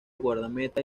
guardameta